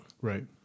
Right